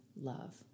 love